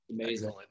amazing